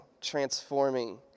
transforming